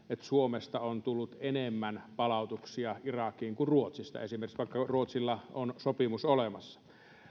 suomesta on tullut enemmän palautuksia irakiin kuin ruotsista esimerkiksi vaikka ruotsilla on sopimus olemassa